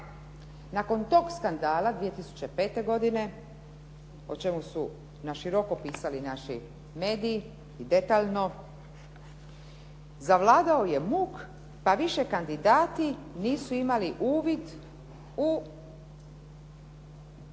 Nakon tog skandala 2005. godine, o čemu su naširoko pisali naši mediji i detaljno, zavladao je muk pa više kandidati nisu imali uvid u